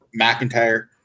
McIntyre